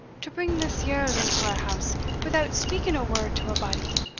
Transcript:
to bring this yerl into our house without speaking a word to a body!